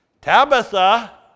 Tabitha